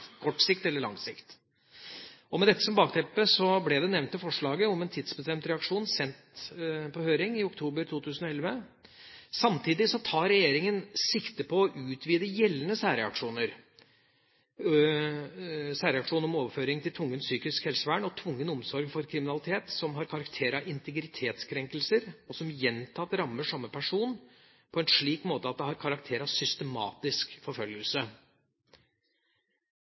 kort sikt eller på lang sikt. Med dette som bakteppe ble det nevnte forslaget om en tidsbestemt reaksjon sendt på høring i oktober 2010. Samtidig tar regjeringa sikte på å utvide gjeldende særreaksjon om overføring til tvungent psykisk helsevern og tvungen omsorg for kriminalitet som har karakter av integritetskrenkelser, og som gjentatt rammer samme person på en slik måte at det har karakter av systematisk forfølgelse.